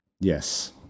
yes